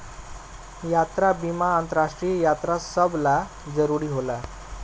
यात्रा बीमा अंतरराष्ट्रीय यात्री सभ ला जरुरी होला